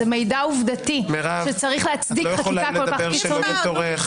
זה מידע עובדתי שצריך להצדיק חקיקה כל כך קיצונית.